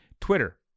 Twitter